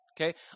Okay